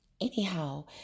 anyhow